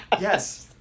Yes